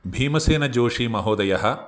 भीमसेनजोशीमहोदयः